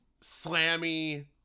slammy